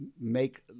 make